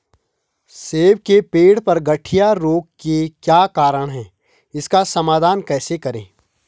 सेब के पेड़ पर गढ़िया रोग के क्या कारण हैं इसका समाधान कैसे करें?